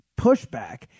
pushback